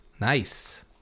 Nice